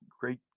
great